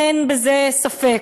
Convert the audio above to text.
אין בזה ספק.